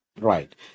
Right